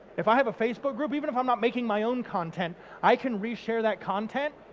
if i have a facebook group even if i'm not making my own content i can reshare that content,